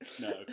No